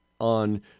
on